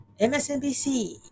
MSNBC